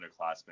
underclassmen